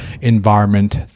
environment